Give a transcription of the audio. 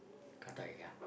ya